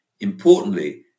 Importantly